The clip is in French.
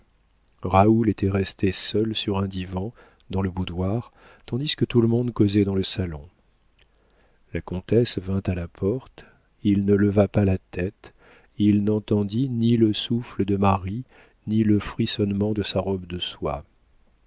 raoul était resté seul sur un divan dans le boudoir tandis que tout le monde causait dans le salon la comtesse vint à la porte il ne leva pas la tête il n'entendit ni le souffle de marie ni le frissonnement de sa robe de soie